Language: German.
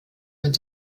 mit